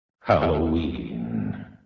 Halloween